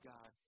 God